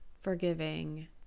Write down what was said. forgiving